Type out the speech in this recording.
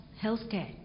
healthcare